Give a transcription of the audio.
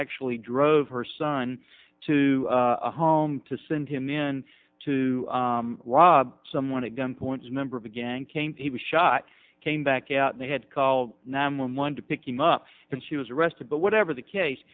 actually drove her son to a home to send him in to rob someone a gun points member of the gang came he was shot came back out and they had called nine one one to pick him up and she was arrested but whatever the case